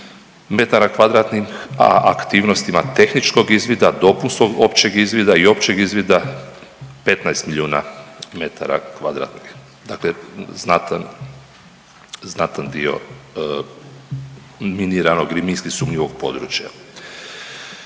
metara kvadratnih, a aktivnostima tehničkog izvida, dopunskog općeg izvida i općeg izvida 15 milijuna metara kvadratnih. Dakle, znatan, znatan dio miniranog ili minski sumnjivog područja.